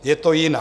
Je to jinak.